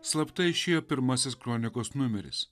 slapta išėjo pirmasis kronikos numeris